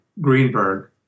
Greenberg